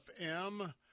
FM